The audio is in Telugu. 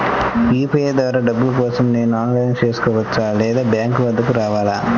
యూ.పీ.ఐ ద్వారా డబ్బులు కోసం నేను ఆన్లైన్లో చేసుకోవచ్చా? లేదా బ్యాంక్ వద్దకు రావాలా?